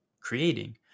creating